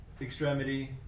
Extremity